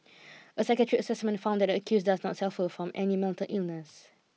a psychiatric assessment found that the accused does not suffer from any mental illness